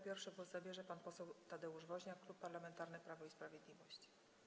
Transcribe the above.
Pierwszy głos zabierze pan poseł Tadeusz Woźniak, Klub Parlamentarny Prawo i Sprawiedliwość.